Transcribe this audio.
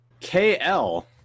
KL